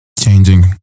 changing